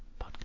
Podcast